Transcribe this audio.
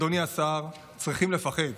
אדוני השר, צריכים לפחד.